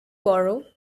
borrow